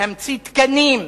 להמציא תקנים.